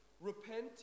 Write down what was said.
Repent